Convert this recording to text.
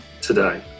today